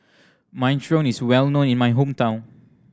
minestrone is well known in my hometown